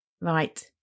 Right